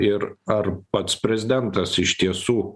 ir ar pats prezidentas iš tiesų